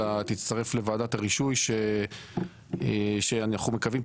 אלא תצטרף לוועדת הרישוי שאנחנו מקווים,